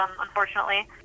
unfortunately